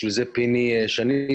לשם כך פיני שני,